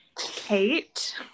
Kate